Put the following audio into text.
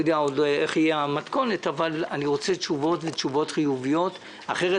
איני יודע עדיין באיזו מתכונת אבל אני רוצה תשובות חיוביות אחרת